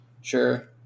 Sure